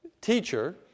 teacher